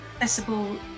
accessible